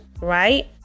Right